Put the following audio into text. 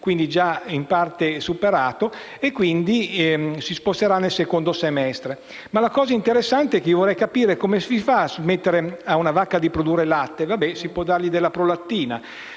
2016, in parte già superato quindi si sposterà nel secondo semestre. Ma la cosa interessante che vorrei capire è: come si fa a far smettere una vacca di produrre latte? Le si può dare della prolattina.